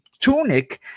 tunic